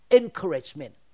encouragement